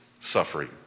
suffering